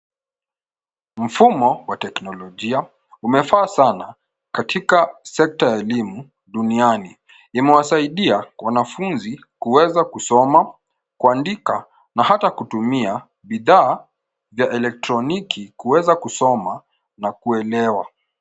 Mfumo wa teknolojia, umefaa sana katika sekta ya elimu duniani. Imewasaidia wanafunzi kuweza kusoma, kuandika na hata kutumia bidhaa vya elektroniki kuweza kusoma na kuelewa.